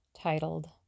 titled